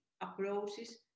approaches